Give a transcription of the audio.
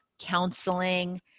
counseling